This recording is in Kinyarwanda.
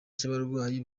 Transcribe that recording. cy’abarwayi